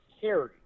carry